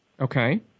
Okay